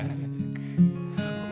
back